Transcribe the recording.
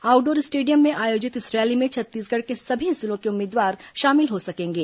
outdoor stadium में आयोजित इस रैली में छत्तीसगढ़ के सभी जिले के उम्मीदवार शामिल हो सकेंगे